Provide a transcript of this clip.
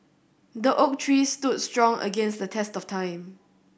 the oak tree stood strong against the test of time